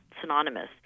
synonymous